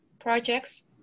projects